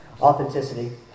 Authenticity